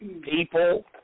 people